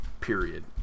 Period